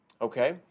Okay